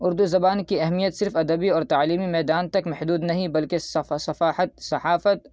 اردو زبان کی اہمیت صرف ادبی اور تعلیمی میدان تک محدود نہیں بلکہ صفا صفاحت صحافت